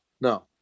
no